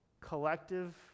collective